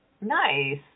Nice